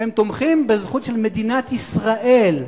והם תומכים בזכות של מדינת ישראל,